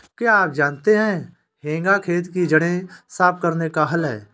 क्या आप जानते है हेंगा खेत की जड़ें साफ़ करने का हल है?